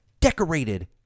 Decorated